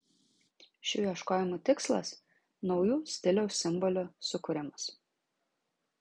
šių ieškojimų tikslas naujų stiliaus simbolių sukūrimas